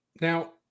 Now